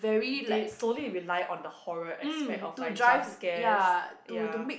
they solely rely on the horror aspect of like jump scares ya